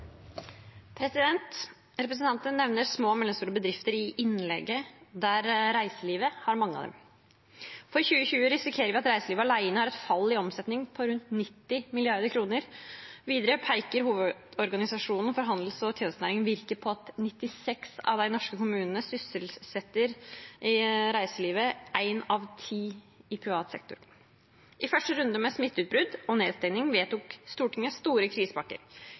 at reiselivet alene har et fall i omsetning på rundt 90 mrd. kr. Videre peker hovedorganisasjonen for handels- og tjenestenæringen, Virke, på at 96 av de norske kommunene sysselsetter i reiselivet én av ti i privat sektor. I den første runden med smitteutbrudd og nedstenging vedtok Stortinget store krisepakker.